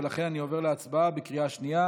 ולכן אני עובר להצבעה בקריאה שנייה.